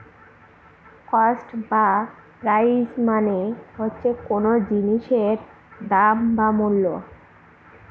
cost বা price মানে হচ্ছে কোন জিনিসের দাম বা মূল্য